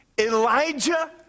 Elijah